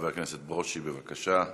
חבר הכנסת ברושי, בבקשה.